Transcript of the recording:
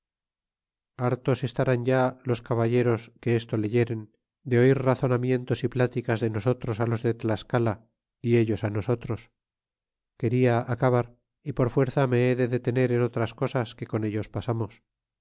hartos estarán ya los caballeros que estuleyeren de oirrazonamientos y pláticas de nosotros los de tlascala ytellos nosotros quena acabar y por fuerza me he de detener entotras cosas que con ellos pasamos